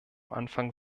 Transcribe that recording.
anfang